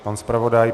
Pan zpravodaj?